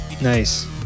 Nice